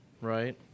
right